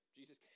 Jesus